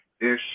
ish